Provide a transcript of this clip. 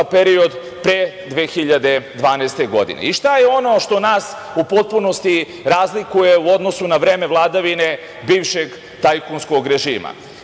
period pre 2012. godine. Šta je ono što nas u potpunosti razlikuje u odnosu na vreme vladavine bivšeg tajkunskog režima?